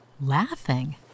laughing